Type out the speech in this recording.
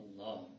Allah